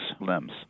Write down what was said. limbs